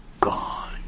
gone